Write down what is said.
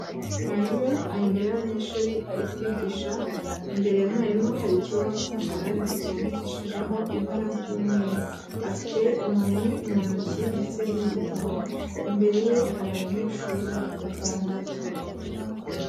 Mwarimu ari imbere y'abanyeshuri ari kubigisha, imbere ya mwarimu hari ikibaho cy'umukara ariko cyandikishijeho ibara ry'umweru, afite inkoni mu ntoki ndetse n'igitabo, imbere ye hari abanyeshuri batandatu.